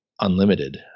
Unlimited